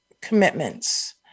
commitments